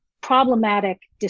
problematic